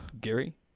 Gary